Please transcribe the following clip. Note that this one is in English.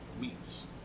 meats